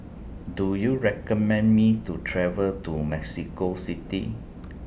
Do YOU recommend Me to travel to Mexico City